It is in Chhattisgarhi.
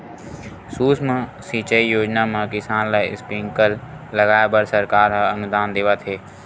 सुक्ष्म सिंचई योजना म किसान ल स्प्रिंकल लगाए बर सरकार ह अनुदान देवत हे